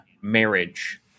marriage